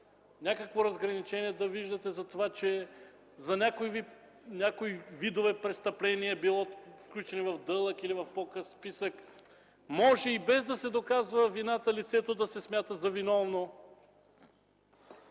Някакво разграничение да виждате за това, че за някои видове престъпления – било включени в дълъг или в по-къс списък, може и без да се доказва вината, лицето да се смята за виновно?